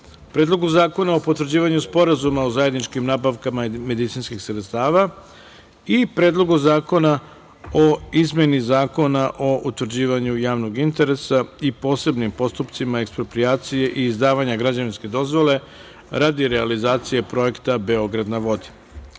Predlogu zakona o potvrđivanju Sporazuma o zajedničkim nabavkama medicinskih sredstava i Predlogu zakona o izmeni Zakona o utvrđivanju javnog interesa i posebnim postupcima eksproprijacije i izdavanja građevinske dozvole radi realizacije projekta „Beograd na